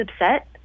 upset